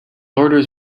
orders